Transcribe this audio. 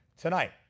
tonight